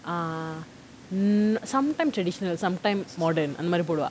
ah um sometime traditional sometimes modern அந்தமாரி போடுவா:anthamaari poduvaa